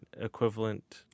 equivalent